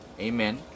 amen